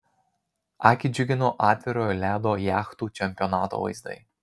akį džiugino atvirojo ledo jachtų čempionato vaizdai